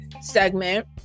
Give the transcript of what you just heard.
segment